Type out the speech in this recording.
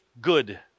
good